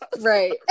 Right